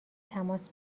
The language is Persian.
تماس